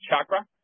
chakra